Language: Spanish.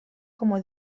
como